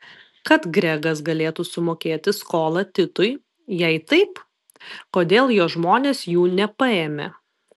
kad gregas galėtų sumokėti skolą titui jei taip kodėl jo žmonės jų nepaėmė